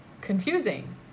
confusing